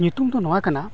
ᱧᱩᱛᱩᱢ ᱫᱚ ᱱᱚᱣᱟ ᱠᱟᱱᱟ